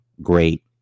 great